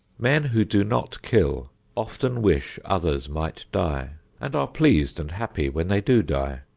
men who do not kill often wish others might die and are pleased and happy when they do die.